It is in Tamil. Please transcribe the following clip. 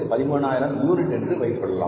அது 13000 யூனிட் என்று வைத்துக் கொள்ளலாம்